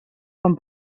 com